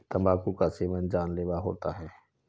तंबाकू का सेवन जानलेवा होता है